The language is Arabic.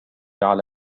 على